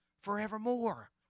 forevermore